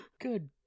Good